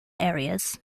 areas